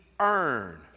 earn